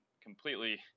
completely